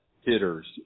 hitters